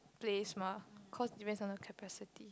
place mah cause depends on the capacity